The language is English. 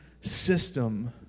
system